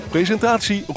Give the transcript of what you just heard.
Presentatie